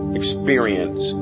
experience